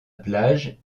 plage